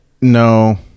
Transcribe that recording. No